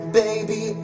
baby